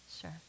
Sure